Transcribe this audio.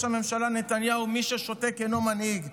הממשלה נתניהו: מי ששותק אינו מנהיג.